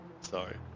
Sorry